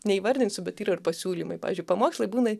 neįvardinsiu bet yra ir pasiūlymai pavyzdžiui pamokslai būna